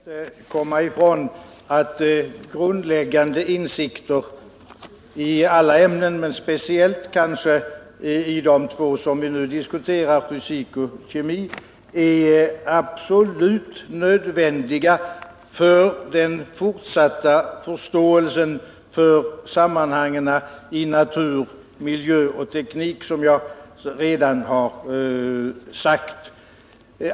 Herr talman! Jag kan inte komma ifrån att grundläggande insikter i alla ämnen men speciellt i de två vi nu diskuterar — fysik och kemi — är absolut nödvändiga för den fortsatta förståelsen av sammanhangen i natur, miljö och teknik, som jag redan har sagt.